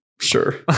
sure